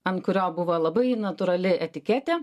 ant kurio buvo labai natūrali etiketė